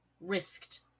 risked